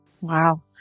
Wow